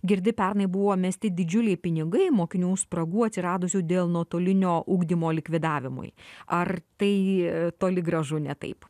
girdi pernai buvo mesti didžiuliai pinigai mokinių spragų atsiradusių dėl nuotolinio ugdymo likvidavimui ar tai toli gražu ne taip